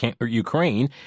Ukraine